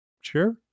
sure